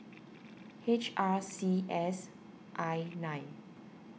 H R C S I nine